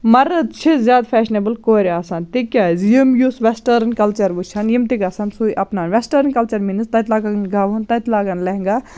مَرٕد چھِ زیادٕ فیشنیبٕل کورِ آسان تِکیٛازِ یِم یُس وٮ۪سٹٲرٕن کَلچَر وٕچھان یِم تہِ گَژھان سُے اَپناوان وٮ۪سٹٲرٕن کَلچَر میٖنٕز تَتہِ لاگَن گاوَن تَتہِ لاگَن لہنٛگا